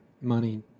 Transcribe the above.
money